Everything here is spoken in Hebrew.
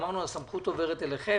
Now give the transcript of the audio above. אמרנו שהסמכות עוברת אליכם